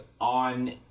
on